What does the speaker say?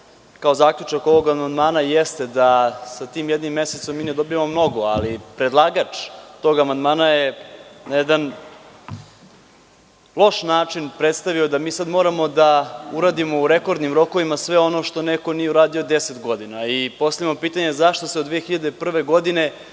kao zaključak ovog amandmana jeste da sa tim jednim mesecom ne dobijamo mnogo, ali predlagač tog amandmana je na jedan loš način predstavio da mi sada moramo da uradimo u rekordnim rokovima sve ono što neko nije uradio deset godina i postavljamo pitanje – zašto se od 2001. godine